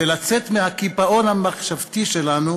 ולצאת מהקיפאון המחשבתי שלנו,